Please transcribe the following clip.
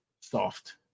soft